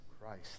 Christ